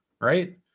right